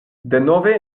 denove